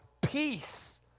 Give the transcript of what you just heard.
Peace